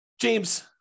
James